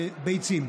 הביצים.